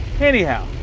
Anyhow